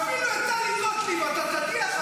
אפילו את טלי גוטליב אתה תדיח,